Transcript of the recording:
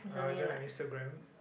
uh I don't have Instagram